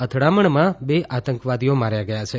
અથડામણમાં બે આંતકવાદીઓ માર્યા ગયા છે